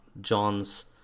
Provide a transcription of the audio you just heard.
John's